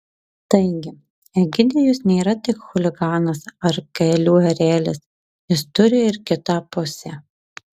taigi egidijus nėra tik chuliganas ar kelių erelis jis turi ir kitą pusę